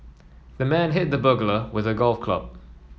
the man hit the burglar with a golf club